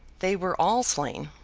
they were all slain,